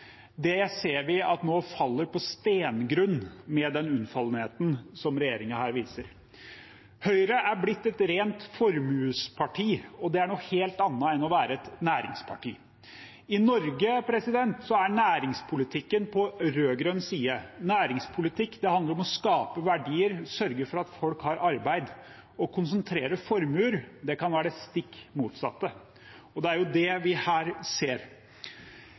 Det ser vi nå at faller på steingrunn med den unnfallenheten som regjeringen her viser. Høyre er blitt et rent formuesparti, og det er noe helt annet enn å være et næringsparti. I Norge er næringspolitikken på rød-grønn side. Næringspolitikk handler om å skape verdier, sørge for at folk har arbeid. Å konsentrere formuer kan være det stikk motsatte, og det er det vi her ser.